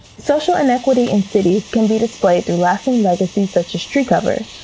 social inequity in cities can be displayed through lasting legacies such as tree cover,